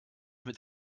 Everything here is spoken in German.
mit